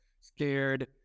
scared